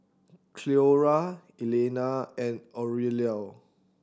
Cleora Elianna and Aurelio